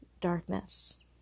darkness